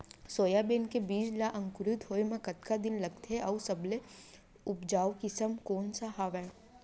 Soybean के बीज ला अंकुरित होय म कतका दिन लगथे, अऊ सबले उपजाऊ किसम कोन सा हवये?